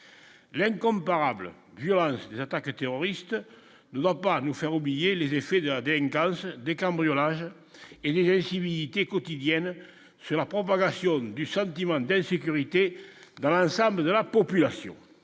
l'incomparable durant attaque terroriste ne doit pas nous faire oublier les effets de la délinquance des cambriolages et il y a visité quotidiennes sur la propagation du samedi, moins d'insécurité dans l'ensemble de la population